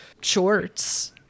shorts